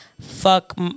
Fuck